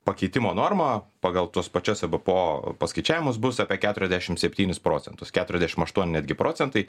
pakeitimo norma pagal tos pačiose b p o paskaičiavimus bus apie keturiasdešimt septynis procentus keturiasdešimt aštuoni netgi procentai